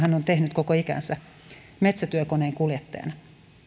hän on tehnyt koko ikänsä metsätyökoneenkuljettajana